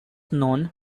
known